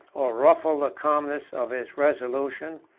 or ruffle the calmness of his resolution,